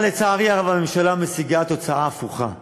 אבל לצערי הרב, הממשלה משיגה תוצאה הפוכה.